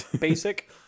Basic